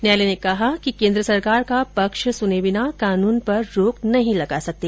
न्यायालय ने कहा कि केन्द्र सरकार का पक्ष सुने बिना कानून पर रोक नहीं लगा सकते